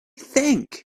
think